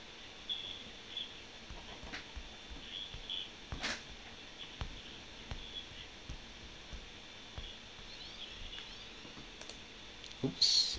!oops!